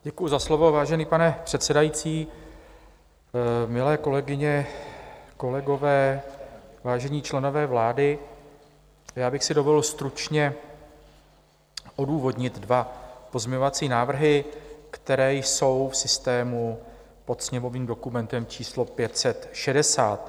Děkuji za slovo, vážený pane předsedající, milé kolegyně, kolegové, vážení členové vlády, já bych si dovolil stručně odůvodnit dva pozměňovací návrhy, které jsou v systému pod sněmovním dokumentem číslo 560.